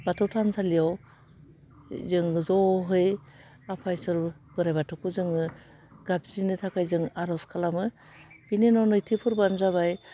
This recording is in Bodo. बाथौ थानसालियाव जों ज'है आफा ईश्वोर बोराइ बाथौखौ जोङो गाबज्रिनो थाखाय जों आर'ज खालामो बेनि उनाव नैथि फोरबोआनो जाबाय